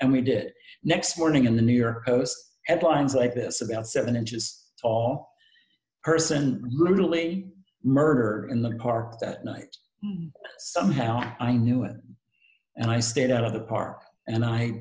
and we did it next morning in the new york post headlines like this about seven inches tall person literally murder in the park that night somehow i knew it and i stayed out of the park and i